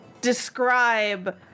describe